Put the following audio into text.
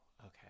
Okay